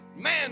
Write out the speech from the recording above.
Man